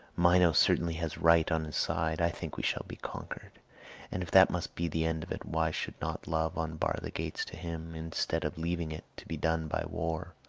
minos certainly has right on his side. i think we shall be conquered and if that must be the end of it, why should not love unbar the gates to him, instead of leaving it to be done by war?